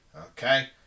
Okay